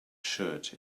shirt